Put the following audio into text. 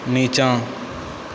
नीचाँ